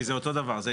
כי זה אותו דבר.